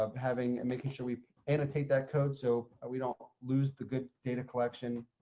um having and making sure we annotate that code, so we don't lose the good data collection.